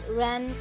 ran